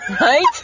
right